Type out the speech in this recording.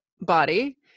body